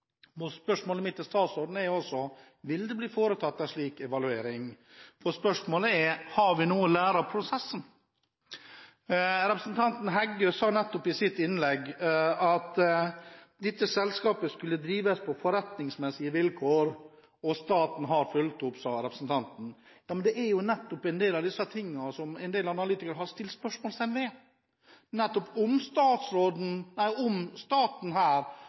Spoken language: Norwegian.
Spørsmålet mitt til statsråden er altså: Vil det bli foretatt en slik evaluering? Spørsmålet er: Har vi noe å lære av prosessen? Representanten Heggø sa nettopp i sitt innlegg at dette selskapet skulle drives på forretningsmessige vilkår. Og staten har fulgt opp, sa representanten. Men det er nettopp en del av disse tingene som en del analytikere har stilt spørsmål ved: Har staten her vært seg